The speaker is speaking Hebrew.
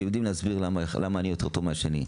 ותמיד יודעים להסביר למה אני יותר טוב מהשני.